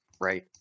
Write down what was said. right